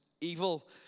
Evil